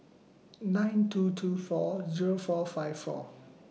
nine two two four Zero four five four